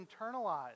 internalized